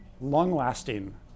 long-lasting